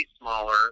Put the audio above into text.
smaller